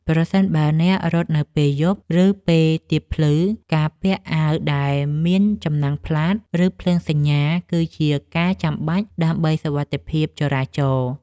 ប្រសិនបើអ្នករត់នៅពេលយប់ ឬពេលទៀបភ្លឺ ការពាក់អាវដែលមានចំណាំងផ្លាត ឬភ្លើងសញ្ញា គឺជាការចាំបាច់ដើម្បីសុវត្ថិភាពចរាចរណ៍។